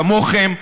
כמוכם,